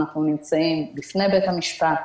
אנחנו נמצאים בפני בית המשפט,